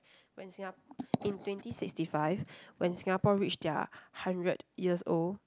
when Singap~ in twenty sixty five when Singapore reached their hundred years old